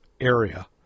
area